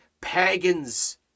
pagans